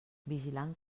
vigilant